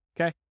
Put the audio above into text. Okay